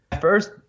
first